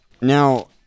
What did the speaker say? Now